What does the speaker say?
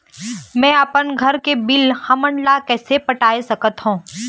मैं अपन घर के बिल हमन ला कैसे पटाए सकत हो?